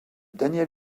daniel